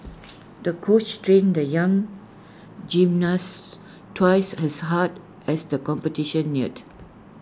the coach trained the young gymnast twice as hard as the competition neared